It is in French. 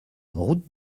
route